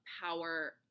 power